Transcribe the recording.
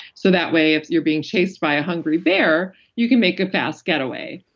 so that way if you're being chased by a hungry bear, you can make a fast getaway.